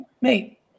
mate